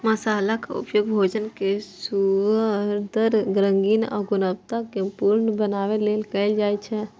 मसालाक उपयोग भोजन कें सुअदगर, रंगीन आ गुणवतत्तापूर्ण बनबै लेल कैल जाइ छै